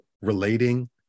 relating